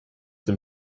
dem